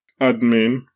admin